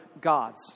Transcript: gods